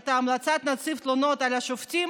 את המלצת נציב התלונות על השופטים